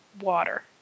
water